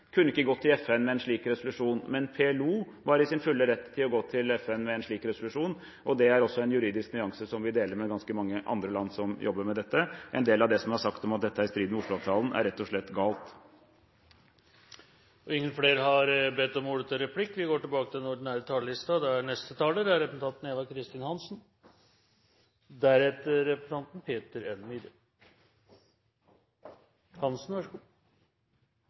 kunne ikke gått til FN med en slik resolusjon, men PLO var i sin fulle rett til å gå til FN med en slik resolusjon, og det er også en juridisk nyanse som vi deler med ganske mange andre land som jobber med dette. En del av det som er sagt om at dette er i strid med Oslo-avtalen, er rett og slett galt. Replikkordskiftet er avsluttet. I mange debatter her i Stortinget har jeg tatt opp situasjonen i Midtøsten, og særlig den fastlåste situasjonen mellom israelerne og palestinerne. Det er